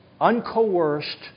uncoerced